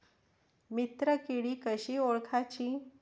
मित्र किडी कशी ओळखाची?